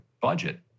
budget